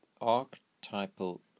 archetypal